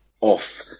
off